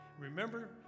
remember